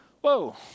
Whoa